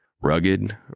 Rugged